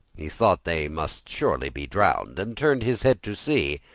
he thought they must surely be drowned and turned his head to see.